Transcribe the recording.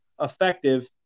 effective